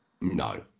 No